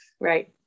Right